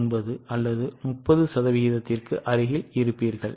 29 அல்லது 30 சதவிகிதத்திற்கு அருகில் இருப்பீர்கள்